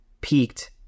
peaked